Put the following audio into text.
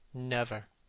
never.